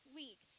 week